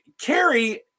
Carrie